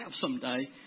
someday